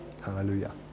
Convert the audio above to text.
Hallelujah